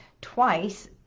twice